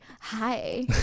Hi